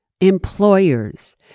employers